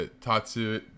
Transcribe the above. Tatsu